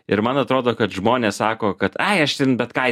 ir man atrodo kad žmonės sako kad ai aš ten bet ką į